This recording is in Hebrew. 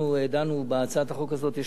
אנחנו דנו בהצעת החוק הזאת.